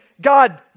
God